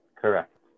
Correct